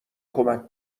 کمک